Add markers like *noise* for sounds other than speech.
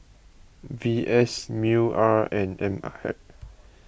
V S Mew R and M I *unintelligible*